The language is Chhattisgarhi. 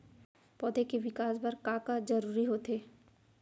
पौधे के विकास बर का का जरूरी होथे?